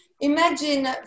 imagine